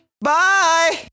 Bye